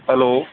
hello